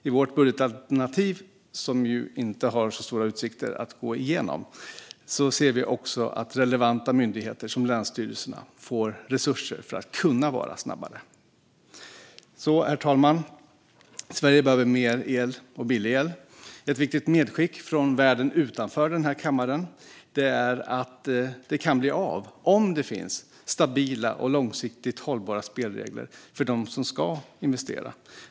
I vårt budgetalternativ, som ju inte har så stora utsikter att gå igenom, ser vi också att relevanta myndigheter som länsstyrelserna får resurser för att kunna vara snabbare. Herr talman! Sverige behöver mer el och billig el. Ett viktigt medskick från världen utanför denna kammare är att det kan bli av om det finns stabila och långsiktigt hållbara spelregler för dem som ska investera.